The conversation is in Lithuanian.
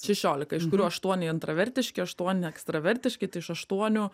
šešiolika iš kurių aštuoni intravertiški aštuoni ekstravertiški tai iš aštuonių